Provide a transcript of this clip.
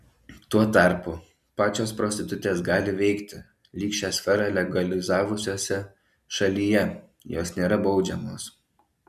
tuo tarpu pačios prostitutės gali veikti lyg šią sferą legalizavusiose šalyje jos nėra baudžiamos